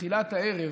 בתחילת הערב